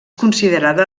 considerada